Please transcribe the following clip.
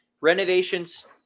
renovations